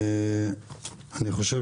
אני חושב